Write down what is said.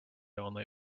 only